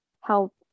help